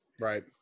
Right